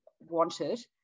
wanted